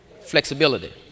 Flexibility